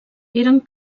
eren